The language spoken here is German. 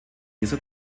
dieser